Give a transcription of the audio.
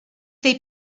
they